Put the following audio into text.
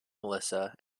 melissa